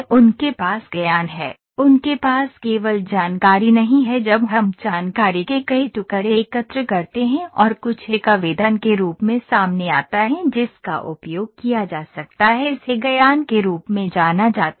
उनके पास ज्ञान है उनके पास केवल जानकारी नहीं है जब हम जानकारी के कई टुकड़े एकत्र करते हैं और कुछ एक आवेदन के रूप में सामने आता है जिसका उपयोग किया जा सकता है इसे ज्ञान के रूप में जाना जाता है